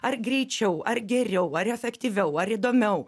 ar greičiau ar geriau ar efektyviau ar įdomiau